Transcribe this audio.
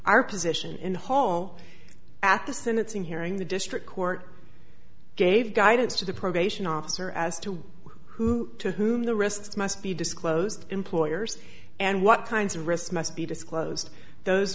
our position in the hall at the sentencing hearing the district court gave guidance to the probation officer as to who to whom the risks must be disclosed employers and what kinds of risks must be disclosed those